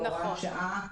בהוראת שעה.